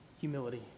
humility